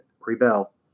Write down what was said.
rebel